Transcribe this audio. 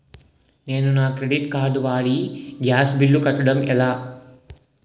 నేను నా credit card వాడి గ్యాస్ బిల్లు కట్టడం ఎలా?